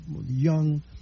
young